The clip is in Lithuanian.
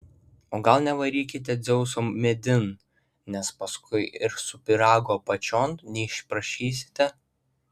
o gal nevarykite dzeuso medin nes paskui ir su pyragu apačion neišprašysite